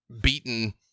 beaten